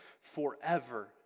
forever